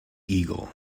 eagle